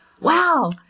wow